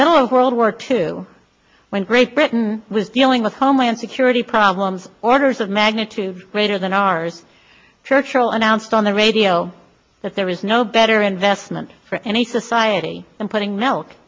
middle of world war two when great britain was dealing with homeland security problems orders of magnitudes greater than ours churchill announced on the radio that there was no better investment for any society and putting melk